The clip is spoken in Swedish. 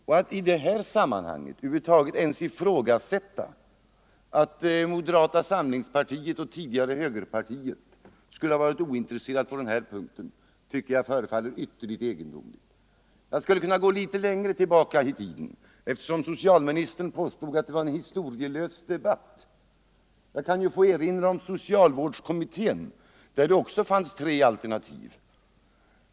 Att man i detta sammanhang ens kan ifrågasätta moderata samlingspartiets och tidigare högerpartiets in tresse för denna fråga förefaller mig ytterligt egendomligt. Jag kan gå litet längre tillbaka i tiden. Eftersom socialministern påstod att detta var en historielös debatt kanske jag får erinra om socialvårdskommittén, där det också fanns tre alternativ.